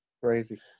Crazy